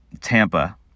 Tampa